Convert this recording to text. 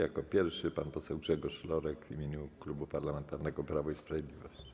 Jako pierwszy pan poseł Grzegorz Lorek w imieniu Klubu Parlamentarnego Prawo i Sprawiedliwość.